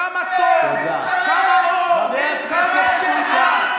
כמה טוב, כמה אור, כמה שפע.